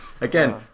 Again